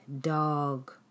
dog